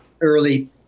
early